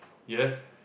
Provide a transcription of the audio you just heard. yes